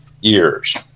years